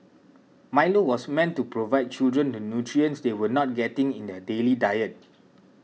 Milo was meant to provide children the nutrients they were not getting in their daily diet